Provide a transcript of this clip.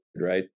right